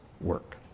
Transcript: work